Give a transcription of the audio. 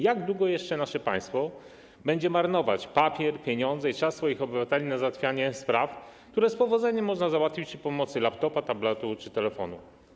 Jak długo jeszcze nasze państwo będzie marnować papier, pieniądze i czas swoich obywateli na załatwianie spraw, które z powodzeniem można załatwić za pomocą laptopa, tabletu czy telefonu?